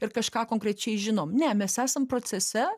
ir kažką konkrečiai žinom ne mes esam procese